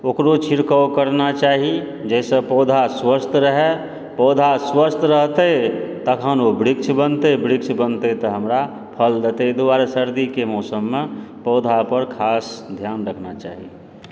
ओकरो छिड़काव करना चाही जाहिसँ पौधा स्वस्थ रहय पौधा स्वस्थ रहतय तखन ओ वृक्ष बनतय वृक्ष बनतय तऽ हमरा फल देतए एहि दुआरे सर्दीके मौसममे पौधा पर खास ध्यान रखना चाही